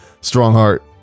Strongheart